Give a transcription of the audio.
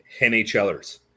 NHLers